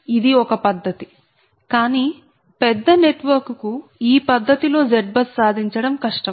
ఇది ఒక పద్ధతి కానీ పెద్ద నెట్వర్కు కు ఈ పద్ధతిలో ZBUS సాధించడం కష్టం